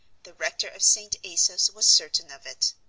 the rector of st. asaph's was certain of it.